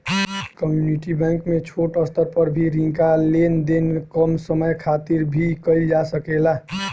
community bank में छोट स्तर पर भी रिंका लेन देन कम समय खातिर भी कईल जा सकेला